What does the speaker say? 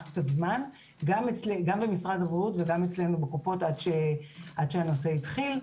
קצת זמן גם במשרד הבריאות וגם אצלנו בקופות עד שהנושא התחיל,